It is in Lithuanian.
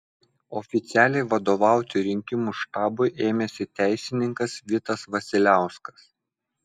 oficialiai vadovauti rinkimų štabui ėmėsi teisininkas vitas vasiliauskas